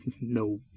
No